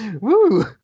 Woo